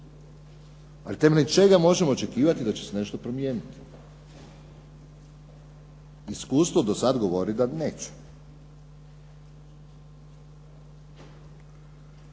ali temeljem čega možemo očekivati da će se nešto promijeniti? Iskustvo do sada govori da neće.